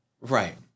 Right